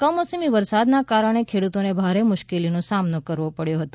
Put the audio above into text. કમોસમી વરસાદના કારણે ખેડુતોને ભારે મુશ્કેલીનો સામનો કરવો પડ્યો હતો